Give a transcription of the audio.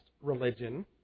religion